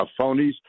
phonies